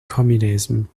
communism